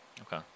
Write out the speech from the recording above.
Okay